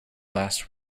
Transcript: last